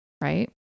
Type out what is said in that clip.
right